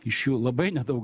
iš jų labai nedaug